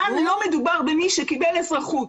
כאן לא מדובר במי שקיבל אזרחות.